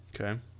Okay